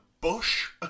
bush